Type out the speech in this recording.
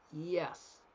Yes